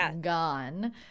gone